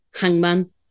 Hangman